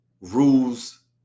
rules